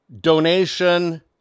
donation